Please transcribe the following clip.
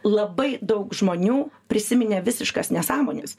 labai daug žmonių prisiminė visiškas nesąmones